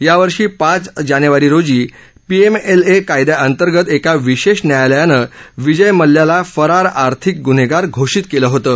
यावर्षी पाच जानेवारी रोजी पीएमएलए कायद्यांतर्गत एका विशेष न्यायालयानं विजय मल्ल्याला फरार आर्थिक गुन्हेगार घोषित केलं होतं